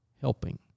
helping